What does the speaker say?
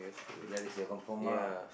so that is your kampung lah